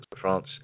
France